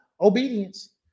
Obedience